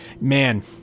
man